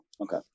okay